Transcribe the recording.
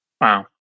Wow